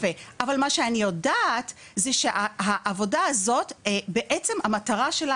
אבל מה שאני יודעת זה שעה העבודה הזאת בעצם המטרה שלה